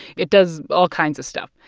it does all kinds of stuff.